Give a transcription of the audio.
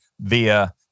via